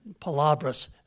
palabras